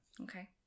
Okay